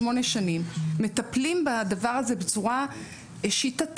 שמונה שנים מטפלים בדבר הזה בצורה שיטתית,